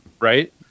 right